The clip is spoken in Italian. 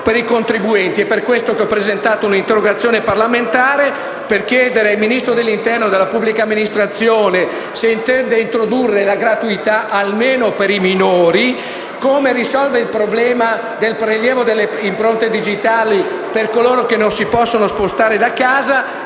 per questo ho presentato un'interrogazione parlamentare per chiedere ai Ministri dell'interno e della pubblica amministrazione se intendono introdurre la gratuità almeno per i minori; come risolveranno il problema del prelievo delle impronte digitali per coloro che non si possono spostare da casa e, infine,